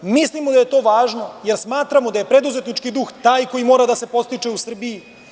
Mislimo da je to važno, jer smatramo da je preduzetnički duh taj koji mora da se podstiče u Srbiji.